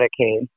Medicaid